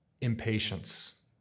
impatience